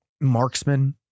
marksman